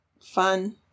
Fun